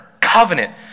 covenant